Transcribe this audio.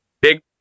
big